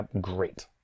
great